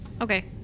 Okay